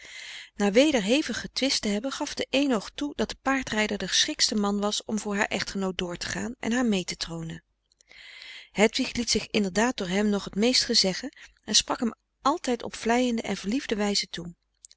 na weder hevig getwist te hebben gaf de éénoog toe dat de paardrijder de geschiktste man was om voor haar echtgenoot door te gaan en haar mee te tronen hedwig liet zich inderdaad door hem nog t meest gezeggen en sprak hem altijd op vleiende en verliefde wijze toe